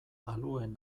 aluen